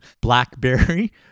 blackberry